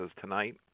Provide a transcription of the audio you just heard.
tonight